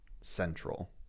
central